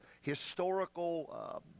historical